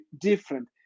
different